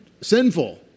sinful